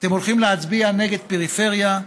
אתם הולכים להצביע נגד פריפריה,